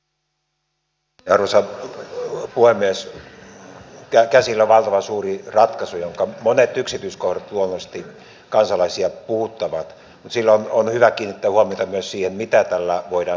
käsillä on valtavan suuri ratkaisu jonka monet yksityiskohdat luonnollisesti kansalaisia puhuttavat mutta silloin on hyvä kiinnittää huomiota myös siihen mitä tällä voidaan saavuttaa